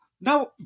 Now